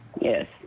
Yes